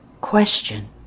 Question